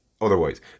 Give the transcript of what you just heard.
Otherwise